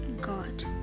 God